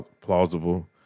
plausible